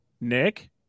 Nick